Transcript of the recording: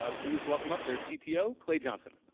ah please welcome up their so cto, clay johnson.